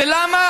ולמה?